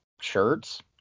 shirts